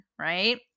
right